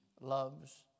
loves